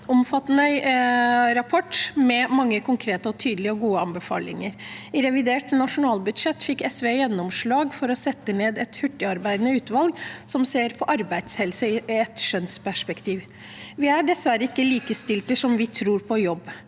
omfattende rapport med mange konkrete og tydelige og gode anbefalinger. I revidert nasjonalbudsjett fikk SV gjennomslag for å sette ned et hurtigarbeidende utvalg som ser på arbeidshelse i et kjønnsperspektiv. Vi er dessverre ikke likestilte på jobb,